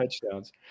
touchdowns